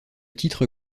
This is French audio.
titre